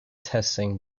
testing